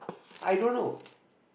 i don't know